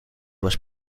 was